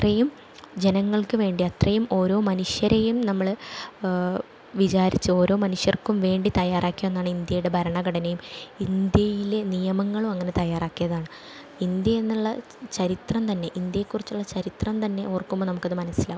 അത്രയും ജനങ്ങൾക്കു വേണ്ടി അത്രയും ഓരോ മനുഷ്യരെയും നമ്മൾ വിചാരിച്ച് ഓരോ മനുഷ്യർക്കും വേണ്ടി തയ്യാറാക്കിയതാണ് ഇന്ത്യയുടെ ഭരണഘടനയും ഇന്ത്യയിലെ നിയമങ്ങളും അങ്ങനെ തയ്യാറാക്കിയതാണ് ഇന്ത്യ എന്നുള്ള ചരിത്രം തന്നെ ഇന്ത്യയെക്കുറിച്ചുള്ള ചരിത്രം തന്നെ ഓർക്കുമ്പോൾ നമുക്കത് മനസ്സിലാകും